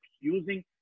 using